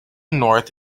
north